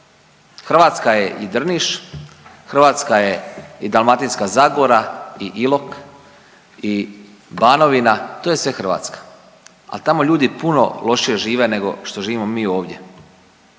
Hrvatska je i Drniš, Hrvatska je i Dalmatinska zagora i Ilok i Banovina. To je sve Hrvatska, a tamo ljudi puno lošije žive nego što živimo mi ovdje,